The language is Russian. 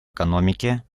экономике